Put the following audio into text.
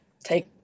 take